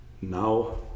Now